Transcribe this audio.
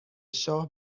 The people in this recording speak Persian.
شاه